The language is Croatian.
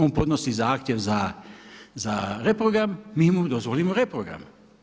On podnosi zahtjev za reprogram, mi mu dozvolimo reprogram.